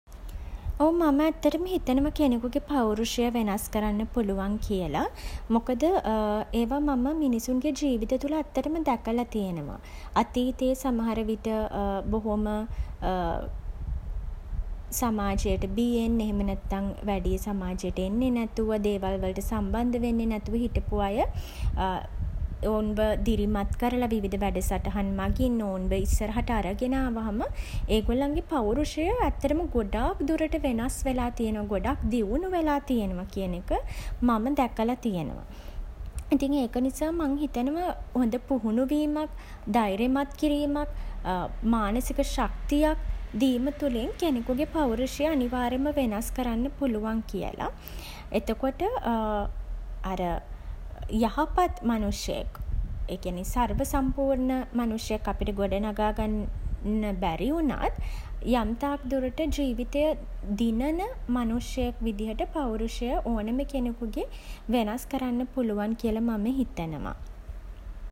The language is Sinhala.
ඔව් මම ඇත්තටම හිතනවා කෙනෙකුගේ පෞරුෂය වෙනස් කරන්න පුළුවන් කියලා. මොකද ඒව මම මිනිසුන්ගේ ජීවිතය තුළ ඇත්තටම දැකලා තියෙනවා. අතීතයේ සමහර විට බොහොම සමාජයට බියෙන් එහෙම නැත්නම් වැඩිය සමාජයට එන්නේ නැතුව දේවල් වලට සම්බන්ධ වෙන්නේ නැතුව හිටපු අය ඔවුන්ව දිරිමත් කරලා විවිධ වැඩසටහන් මඟින් ඔවුන්ව ඉස්සරහට අරගෙන ආවහම ඒගොල්ලන්ගේ පෞරුෂය ඇත්තටම ගොඩාක් දුරට වෙනස් වෙලා තියෙනවා. ගොඩක් දියුණු වෙලා තියෙනව කියන එක මම දැකල තියෙනවා. ඉතින් ඒක නිසා මං හිතනවා හොඳ පුහුණු වීමක් ධෛර්යමත් කිරීමක් මානසික ශක්තියක් දීම තුළින් කෙනෙකුගෙ පෞරුෂය අනිවාර්යෙන්ම වෙනස් කරන්න පුළුවන් කියලා. එතකොට අර යහපත් මනුෂ්‍යයෙක් ඒ කියන්නේ සර්ව සම්පූර්ණ මනුෂ්‍යයෙක් අපට ගොඩ නඟා ගන්න බැරි වුණත් යම් තාක් දුරට ජීවිතේ දිනන මනුෂ්‍යයෙක් විදිහට පෞරුෂය ඕනම කෙනෙකුගේ වෙනස් කරන්න පුළුවන් කියලා මම හිතනවා.